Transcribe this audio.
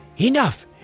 Enough